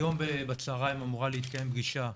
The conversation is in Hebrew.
היום בצהריים אמורה להתקיים פגישה,